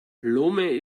lomé